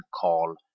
call